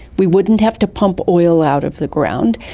we wouldn't have to pump oil out of the ground,